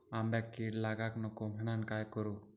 आंब्यक कीड लागाक नको म्हनान काय करू?